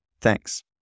Thanks